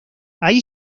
ahí